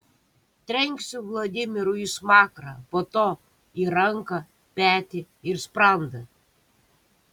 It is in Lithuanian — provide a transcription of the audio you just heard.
trenksiu vladimirui į smakrą po to į ranką petį ir sprandą